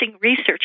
research